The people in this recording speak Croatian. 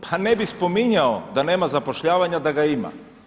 Pa ne bih spominjao da nema zapošljavanja da ga ima.